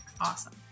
Awesome